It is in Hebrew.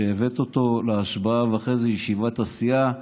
כשהבאת אותו להשבעה ואחרי זה לישיבת הסיעה,